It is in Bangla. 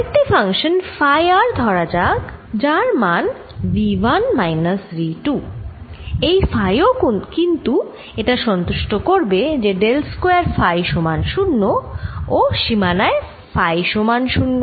আরেকটি ফাংশান ফাই r ধরা যাক যার মান V 1 মাইনাস V 2 এই ফাই ও কিন্তু এটা সন্তুষ্ট করবে যে ডেল স্কয়ার ফাই সমান 0 ও সীমানায় ফাই সমান 0